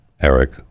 eric